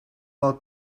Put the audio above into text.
del